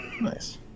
Nice